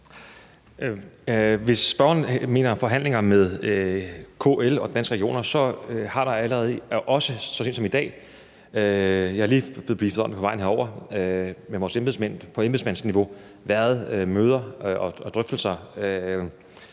Hvis spørgeren mener forhandlinger med KL og Danske Regioner, har der allerede, også så sent som i dag – jeg er lige blevet briefet om det på vejen herover – på embedsmandsniveau været møder og drøftelser,